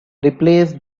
replace